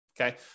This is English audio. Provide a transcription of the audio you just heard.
Okay